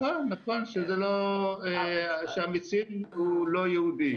נכון, שהמציל הוא לא יהודי.